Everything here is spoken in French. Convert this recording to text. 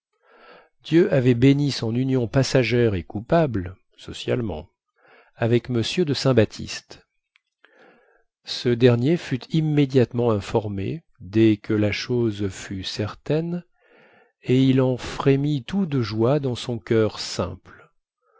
dieu avait béni son union passagère et coupable socialement avec m de saint baptiste ce dernier fut immédiatement informé dès que la chose fut certaine et il en frémit tout de joie dans son coeur simple